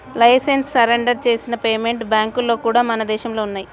licence surrender చేసిన payment బ్యాంక్లు కూడా మన దేశంలో ఉన్నయ్యి